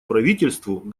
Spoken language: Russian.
правительству